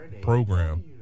program